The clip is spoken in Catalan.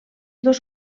dos